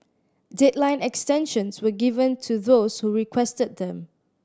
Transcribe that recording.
deadline extensions were given to those who requested them